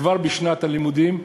כבר בשנת הלימודים,